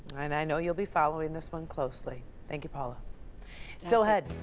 i'm i know you'll be following this one closely thank you paula still ahead.